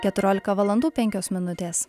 keturiolika valandų penkios minutės